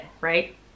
right